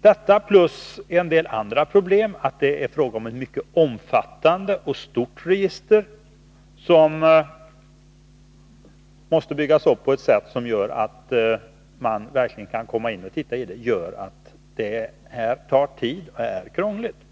Detta plus en del andra problem, nämligen att det är fråga om ett mycket omfattande och stort register som måste byggas upp på ett sätt som gör att man verkligen kan komma in och titta i det, gör att det här är krångligt och tar tid.